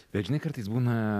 bet žinai kartais būna